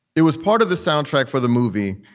it was part of the soundtrack for the movie.